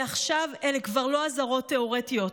ועכשיו אלה כבר לא אזהרות תיאורטיות,